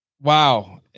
Wow